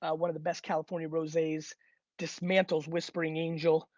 ah one of the best california rose's dismantles whispering angel.